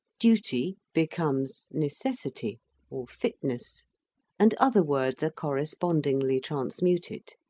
duty becomes necessity or fitness and other words are correspondingly transmuted.